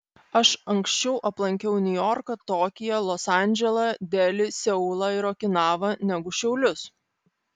aš anksčiau aplankiau niujorką tokiją los andželą delį seulą ir okinavą negu šiaulius